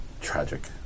tragic